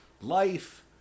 life